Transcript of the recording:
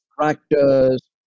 tractors